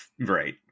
Right